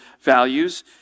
values